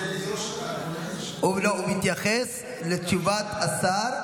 לא, הוא מתייחס לתשובת השר.